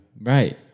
Right